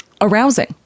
arousing